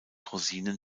rosinen